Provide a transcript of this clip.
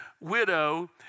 widow